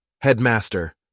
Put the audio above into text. Headmaster